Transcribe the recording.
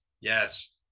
yes